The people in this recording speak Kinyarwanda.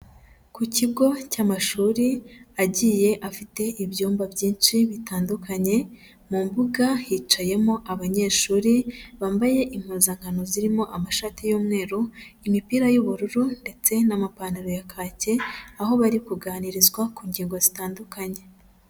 Ku kigo cy'amashuri agiye afite ibyumba byinshi bitandukanye, mu mbuga hicayemo abanyeshuri bambaye impuzankano zirimo amashati y'umweru, imipira y'ubururu ndetse n'amapantaro ya kake, aho bari kuganirizwa ku ngingo zitandukanye.